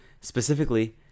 Specifically